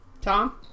Tom